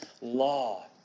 law